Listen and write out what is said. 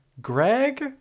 Greg